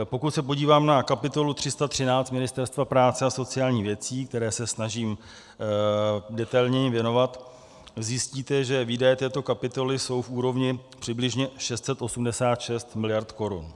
Pokud se podíváte na kapitolu 313 Ministerstva práce a sociálních věcí, které se snažím detailněji věnovat, zjistíte, že výdaje této kapitoly jsou v úrovni přibližně 686 mld. korun.